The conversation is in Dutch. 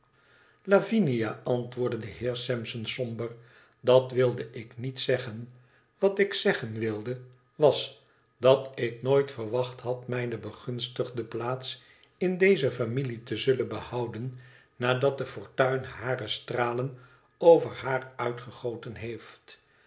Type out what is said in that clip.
lavinia antwoordde de heer sampson somber dat wilde ik niet zeggen wat ik zeggen wilde was dat ik nooit verwacht had mijne begunstigde plaats in deze familie te zullen behouden nadat de fortuin hare stralen over haar uitgegoten heeft